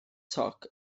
toc